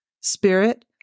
Spirit